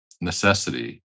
necessity